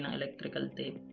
and electrical tape